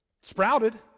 sprouted